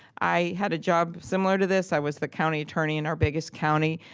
i had a job similar to this. i was the county attorney in our biggest county,